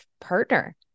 partner